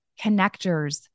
connectors